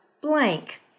blank